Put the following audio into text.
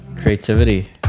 creativity